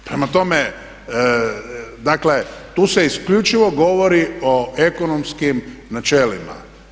Prema tome, dakle tu se isključivo govori o ekonomskim načelima.